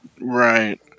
Right